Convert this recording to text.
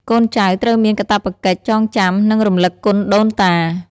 កូនចៅត្រូវមានកាតព្វកិច្ចចងចាំ និងរំលឹកគុណដូនតា។